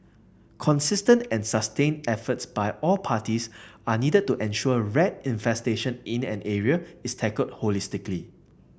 consistent and sustained efforts by all parties are needed to ensure rat infestation in an area is tackled holistically